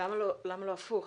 למה לא הפוך?